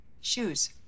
shoes